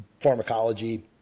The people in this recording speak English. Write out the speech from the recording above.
pharmacology